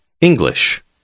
English